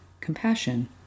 compassion